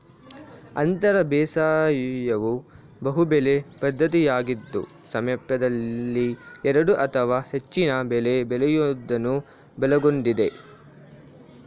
ಅಂತರ ಬೇಸಾಯವು ಬಹುಬೆಳೆ ಪದ್ಧತಿಯಾಗಿದ್ದು ಸಾಮೀಪ್ಯದಲ್ಲಿ ಎರಡು ಅಥವಾ ಹೆಚ್ಚಿನ ಬೆಳೆ ಬೆಳೆಯೋದನ್ನು ಒಳಗೊಂಡಿದೆ